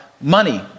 money